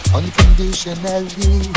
Unconditionally